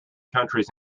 countries